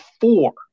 four